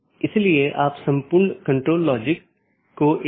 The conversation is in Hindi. इसलिए उनके बीच सही तालमेल होना चाहिए